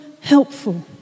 helpful